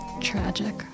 Tragic